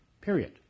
period